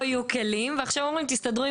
לפחות נשים על השולחן שכתוצאה מדרישה של שרת הפנים